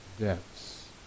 depths